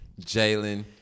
Jalen